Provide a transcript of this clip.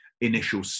initial